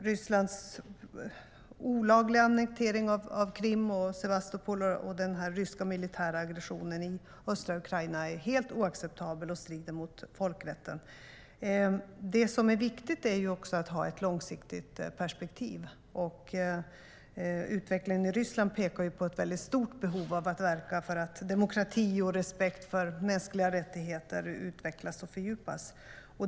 Rysslands olagliga annektering av Krim och Sevastopol och den ryska militära aggressionen i Östra Ukraina är helt oacceptabla och strider mot folkrätten. Det som är viktigt är också att ha ett långsiktigt perspektiv. Utvecklingen i Ryssland pekar på ett stort behov av att verka för att demokrati och respekt för mänskliga rättigheter utvecklas och fördjupas.